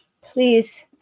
please